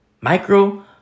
Micro